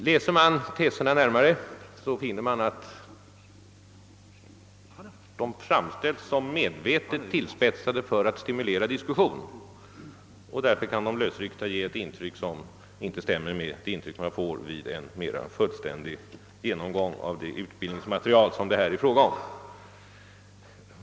Läser man teserna mera noggrant, finner man att de medvetet formulerats tillspetsade för att stimulera till diskussion. Lösryckta kan de därför ge ett intryck som inte stämmer med det intryck man får vid en mera fullständig genomgång av det utbildningsmaterial som det här är fråga om.